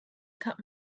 cut